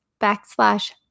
backslash